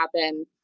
happen